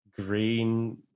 green